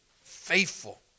faithful